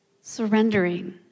Surrendering